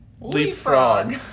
leapfrog